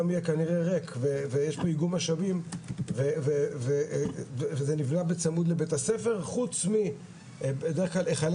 ריק כי יש איגום משאבים וזה נבנה בצמוד לבית-הספר חוץ מבדרך-כלל היכלי